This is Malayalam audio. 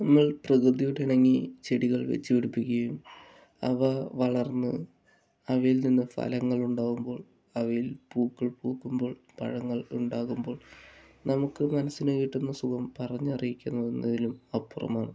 നമ്മൾ പ്രകൃതിയോട് ഇണങ്ങി ചെടികൾ വച്ചു പിടിപ്പിക്കുകയും അവ വളർന്ന് അവയിൽ നിന്ന് ഫലങ്ങൾ ഉണ്ടാകുമ്പോൾ അവയിൽ പൂക്കൾ പൂക്കുമ്പോൾ പഴങ്ങൾ ഉണ്ടാകുമ്പോൾ നമുക്ക് മനസ്സിന് കിട്ടുന്ന സുഖം പറഞ്ഞ് അറിയിക്കുന്നതിലും അപ്പുറമാണ്